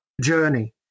journey